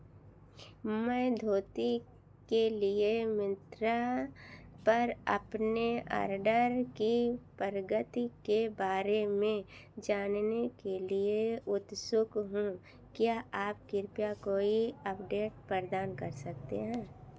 मैं धोती के लिए मिंत्रा पर अपने ऑर्डर की प्रगति के बारे में जानने के लिए उत्सुक हूँ क्या आप कृपया कोई अपडेट प्रदान कर सकते हैं